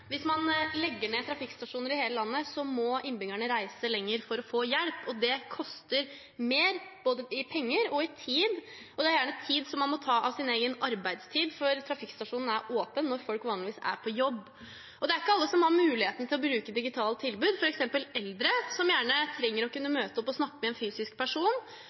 Hvis man legger ned trafikkstasjoner i hele landet, må innbyggerne reise lenger for å få hjelp. Det koster mer i både penger og tid, og det er gjerne tid man må ta av sin egen arbeidstid, for trafikkstasjonen er vanligvis åpen mens folk er på jobb. Og det er ikke alle som har mulighet til å bruke digitale tilbud, f.eks. eldre, som gjerne trenger å kunne møte opp og snakke med en fysisk person.